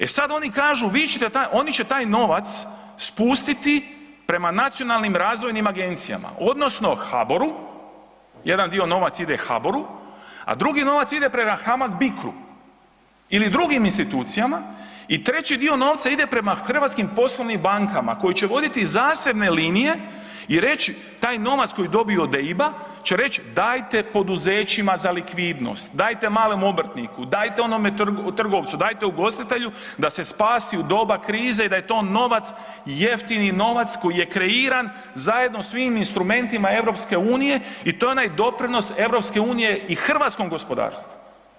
E sad oni kažu oni će taj novac spustiti prema nacionalnim razvojnim agencijama odnosno HBOR-u, jedan dio nova ide HBOR-u a drugi novac ide prema HAMAG Bicru ili drugim institucijama i treći dio novca ide prema hrvatskim poslovnim bankama koje će voditi zasebne linije i reći taj novac koji dobiju od EIB-a će reć dajte poduzećima za likvidnost, dajte malom obrtniku, dajte onome trgovcu, dajte ugostitelju da se spasi u doba krize i da je to novac, jeftini novac koji je kreiran zajedno svim instrumentima EU-a i to je onaj doprinos EU-a i hrvatskom gospodarstvu.